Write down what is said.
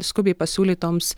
skubiai pasiūlytoms